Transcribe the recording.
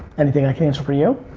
anything i can answer for you?